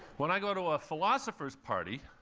when i go to a philosopher's party